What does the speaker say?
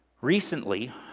Recently